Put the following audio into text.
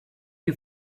you